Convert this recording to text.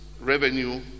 revenue